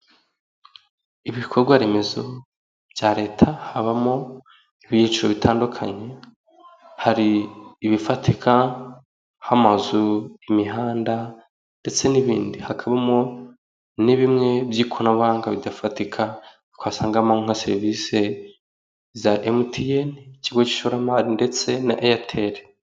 Ibikorwa remezo bya leta habamo ibyiciro bitandukanye, hari ibifatika nk'amazu, imihanda, ndetse n'ibindi. Hakabamo na bimwe by'ikoranabuhanga bidafatika, twasangamo nka serivisi za mtn, ikigo cy'ishoramari ndetse na airtel.